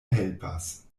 helpas